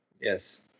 Yes